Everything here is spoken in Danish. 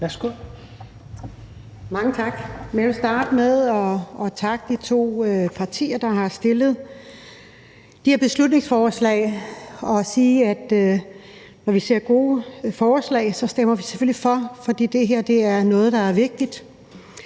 (DF): Mange tak. Jeg vil starte med at takke de to partier, der har fremsat de her beslutningsforslag, og jeg vil sige, at når vi ser gode forslag, stemmer vi selvfølgelig for, for det her er noget, der er vigtigt.